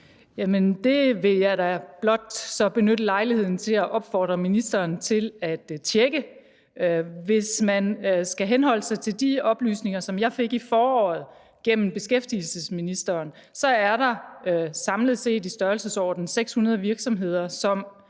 det vil jeg da blot så benytte lejligheden til at opfordre ministeren til at tjekke. Hvis man skal henholde sig til de oplysninger, som jeg fik i foråret gennem beskæftigelsesministeren, så er der samlet set i størrelsesordenen 600 virksomheder, som